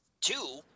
two